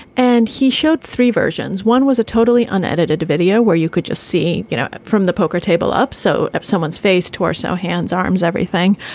and he showed three versions. one was a totally unedited video where you could just see, you know, from the poker table up. so someone's face, torso, hands, arms, everything.